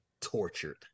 tortured